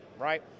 right